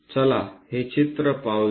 चला हे चित्र पाहूया